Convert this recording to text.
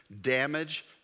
damage